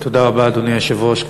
תודה רבה, אדוני היושב-ראש.